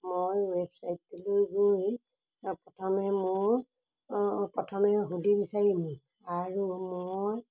মই ৱেবছাইটটোলৈ গৈ প্ৰথমে মোৰ অঁ অঁ প্ৰথমে হুডি বিচাৰিম আৰু মই